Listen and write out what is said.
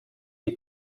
die